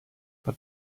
but